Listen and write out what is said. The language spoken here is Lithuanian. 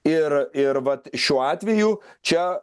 ir ir vat šiuo atveju čia